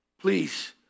Please